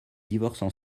divorcent